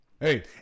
Hey